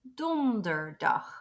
Donderdag